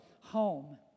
home